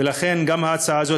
ולכן ההצעה הזאת,